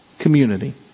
community